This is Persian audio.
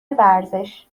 ورزش